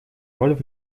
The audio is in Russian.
роль